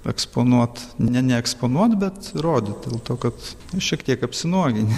eksponuot ne ne eksponuot bet rodyt dėl to kad nu šiek tiek apsinuogini